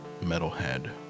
metalhead